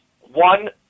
one